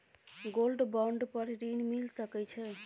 Gold bond पर ऋण मिल सके छै?